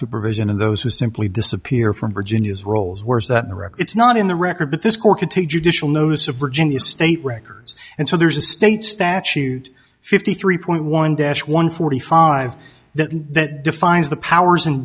supervision and those who simply disappear from virginia's rolls where's that record it's not in the record but this corker to judicial notice of virginia state records and so there's a state statute fifty three point one dash one forty five that defines the powers and